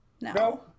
No